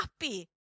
happy